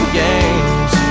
games